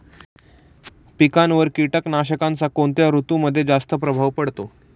पिकांवर कीटकनाशकांचा कोणत्या ऋतूमध्ये जास्त प्रभाव पडतो?